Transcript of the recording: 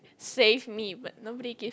save me but nobody gives